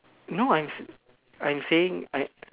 no I'm s~ I'm saying I